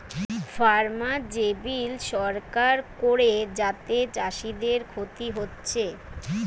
farmer যে bill সরকার করে যাতে চাষীদের ক্ষতি হচ্ছে